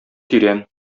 тирән